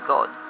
God